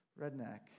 redneck